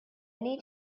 need